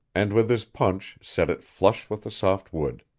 and with his punch set it flush with the soft wood.